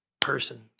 person